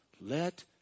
let